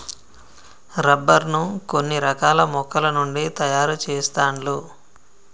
rubber ను కొన్ని రకాల మొక్కల నుండి తాయారు చెస్తాండ్లు